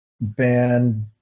band